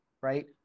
right